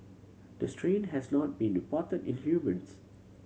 the strain has not been reported in humans